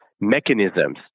mechanisms